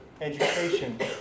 education